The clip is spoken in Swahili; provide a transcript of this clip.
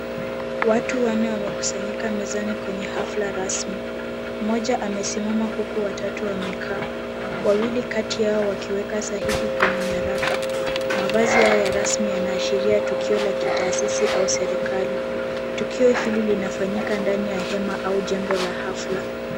Watu wanne wamekusanyika mezani kwenye hafla rasmi. Mmoja amesimama huku watatu wamekaa, wawili kati yao wakiweka sahihi kwenye nyaraka. Mavazi yao ya rasmi yanaashiria tukio la kitaasisi au serikali. Tukio hili linafanyika ndani ya hema au jengo la hafla.